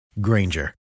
Granger